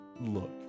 look